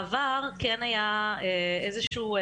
בעבר כן היה איזה שהוא,